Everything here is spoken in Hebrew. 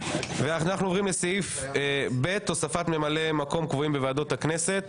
הוספת ממלאי מקום קבועים בוועדות הכנסת.